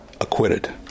acquitted